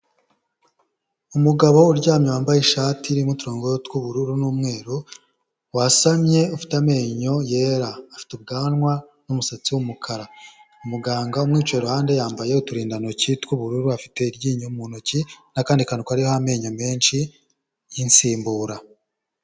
Umugabo uryamye wambaye ishati irimo uturongogo tw'ubururu n'umweru, wasamye ufite amenyo yera, afite ubwanwa n'umusatsi w'umukara, umuganga umwicaye iruhande yambaye uturindantoki tw'ubururu, afite iryinyo mu ntoki n'akandi kantu hariho amenyo menshi y'insimbura.